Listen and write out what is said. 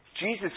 Jesus